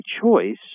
choice